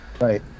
Right